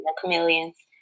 chameleons